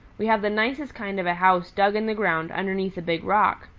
we have the nicest kind of a house dug in the ground underneath a big rock.